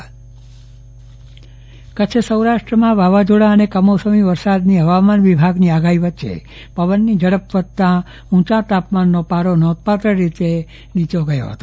ચંદ્રવદન પદ્ટણી હવામાન વિભાગ કચ્છ સૌરાષ્ટ્રમાં વાવાઝોડા અને કમોસમી વરસાદની હવામાન વિભાગની આગાહી વચ્ચે પવનની ઝડપ વધતા ઊંચા તાપમાનનો પારો નોંધપાત્ર રીતે નીચો ગથો હતો